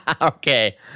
Okay